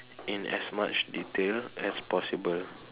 in as much detail as possible